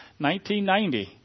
1990